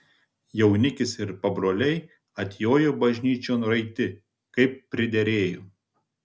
jaunikis ir pabroliai atjojo bažnyčion raiti kaip priderėjo